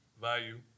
value